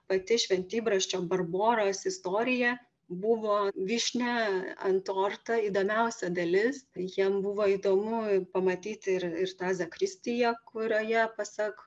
pati šventybrasčio barboros istorija buvo vyšnia ant torto įdomiausia dalis jiem buvo įdomu pamatyti ir ir tą zakristiją kurioje pasak